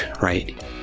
right